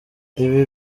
ibi